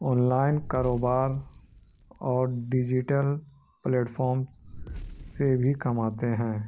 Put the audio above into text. on line کاروبار اور digital platform سے بھی کماتے ہیں